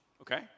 okay